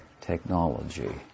technology